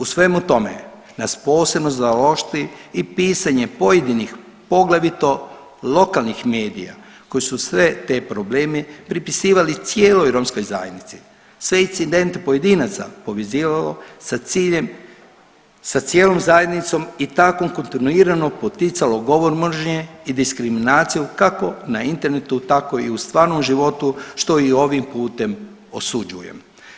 U svemu tome nas posebno zaoštri i pisanje pojedinih poglavito lokalnih medija koji su sve te probleme pripisivali cijeloj romskoj zajednici, sve incidente pojedinaca povezivalo sa ciljem, sa cijelom zajednicom i tako kontinuirano poticalo govor mržnje i diskriminacije kako na internetu tako i u stvarnom životu, što i ovim putem osuđujem.